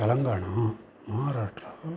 Telangana Maharashtra